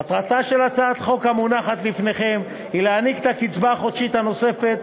מטרתה של הצעת החוק המונחת בפניכם היא להעניק את הקצבה החודשית הנוספת,